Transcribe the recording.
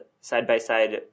side-by-side